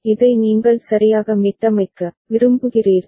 இதை நீங்கள் சரியாக மீட்டமைக்க விரும்புகிறீர்கள்